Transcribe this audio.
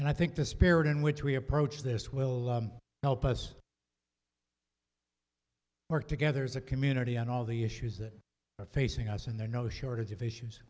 and i think the spirit in which we approach this will help us work together as a community on all the issues that are facing us and they're no shortage of issues